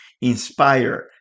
inspire